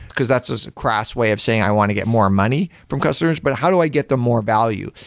because that's a crass way of saying i want to get more money from customers, but how do i get the more value?